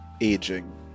aging